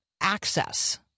access